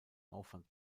aufwand